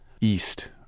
east